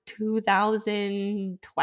2012